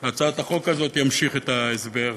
להצעת החוק הזאת, ימשיך את ההסבר.